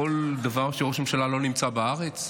כל דבר כשראש הממשלה לא נמצא בארץ,